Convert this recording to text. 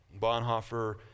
Bonhoeffer